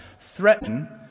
threaten